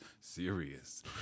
serious